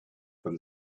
from